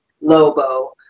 Lobo